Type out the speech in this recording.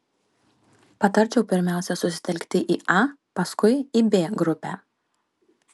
patarčiau pirmiausia susitelkti į a paskui į b grupę